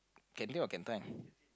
canteen or can time